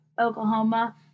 Oklahoma